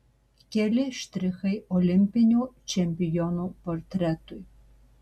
keli štrichai olimpinio čempiono portretui